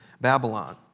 Babylon